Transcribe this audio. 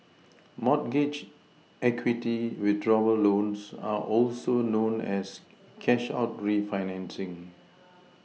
mortgage equity withdrawal loans are also known as cash out refinancing